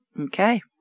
Okay